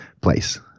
place